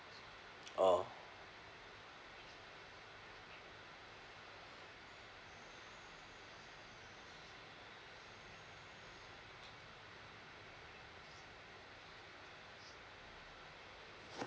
orh